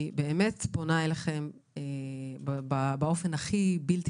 אני באמת פונה אליכם באופן הכי בלתי